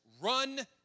run